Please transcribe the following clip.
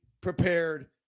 prepared